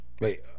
Wait